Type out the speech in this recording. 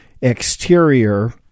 exterior